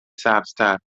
سبزتر